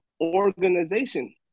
organization